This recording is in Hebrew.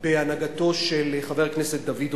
בהנהגתו של חבר הכנסת דוד רותם.